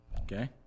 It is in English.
Okay